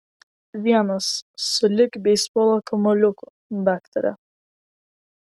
vienas sulig beisbolo kamuoliuku daktare